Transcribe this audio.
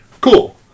Cool